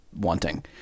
wanting